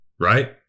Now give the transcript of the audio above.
Right